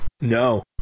No